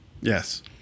Yes